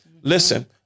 Listen